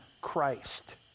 Christ